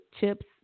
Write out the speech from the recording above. chips